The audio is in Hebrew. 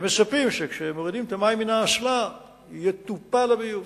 הם מצפים שכשהם מורידים את המים באסלה יטופל הביוב.